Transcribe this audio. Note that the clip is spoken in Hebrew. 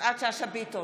יפעת שאשא ביטון,